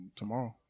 tomorrow